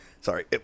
Sorry